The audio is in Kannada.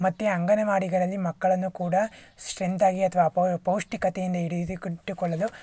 ಮತ್ತು ಅಂಗನವಾಡಿಗಳಲ್ಲಿ ಮಕ್ಕಳನ್ನು ಕೂಡ ಸ್ಟ್ರೆಂತ್ ಆಗಿ ಅಥವಾ ಅಪೌ ಪೌಷ್ಟಿಕತೆಯಿಂದ ಇಟ್ಟುಕೊಳ್ಳಲು